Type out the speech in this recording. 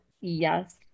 Yes